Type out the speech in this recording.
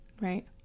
Right